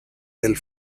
del